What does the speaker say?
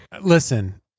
Listen